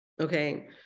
Okay